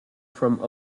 from